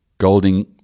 Golding